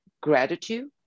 gratitude